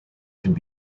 could